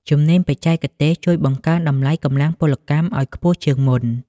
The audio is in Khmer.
ជំនាញបច្ចេកទេសជួយបង្កើនតម្លៃកម្លាំងពលកម្មឱ្យខ្ពស់ជាងមុន។